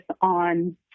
on